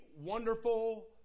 wonderful